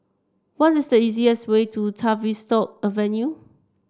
what is the easiest way to Tavistock Avenue